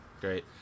Great